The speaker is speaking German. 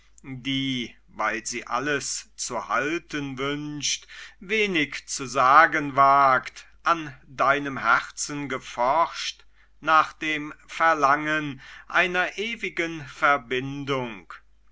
die weil sie alles zu halten wünscht wenig zu sagen wagt an deinem herzen geforscht nach dem verlangen einer ewigen verbindung